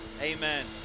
Amen